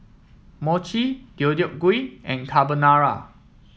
Mochi Deodeok Gui and Carbonara